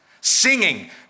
singing